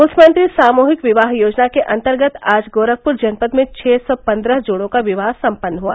मुख्यमंत्री सामूहिक विवाह योजना के अन्तर्गत आज गोरखपुर जनपद में छः सौ पन्द्रह जोड़ों का विवाह सम्पन्न हुआ